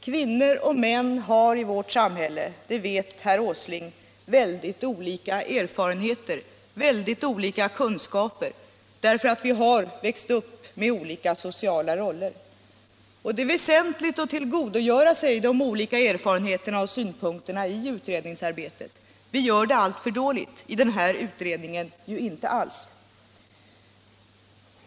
Kvinnor och män har i vårt samhälle — det vet herr Åsling — väldigt olika erfarenheter och kunskaper därför att vi har växt upp med olika sociala roller. Det är väsentligt att tillgodogöra sig de olika erfarenheterna och synpunkterna i allt utredningsarbete; vi gör det alltför dåligt — i den här utredningen inte alls.